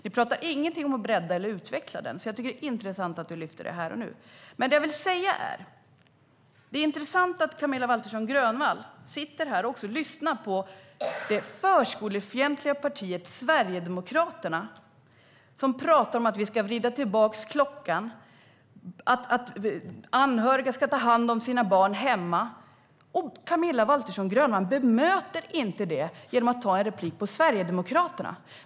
Ni pratar ingenting om att bredda eller utveckla det, så jag tycker att det är intressant att du lyfter fram det här och nu. Det är intressant att Camilla Waltersson Grönvall sitter här och lyssnar på det förskolefientliga partiet Sverigedemokraterna, som pratar om att vi ska vrida tillbaka klockan, att anhöriga ska ta hand om sina barn hemma, utan att bemöta det genom att ta en replik på Sverigedemokraterna.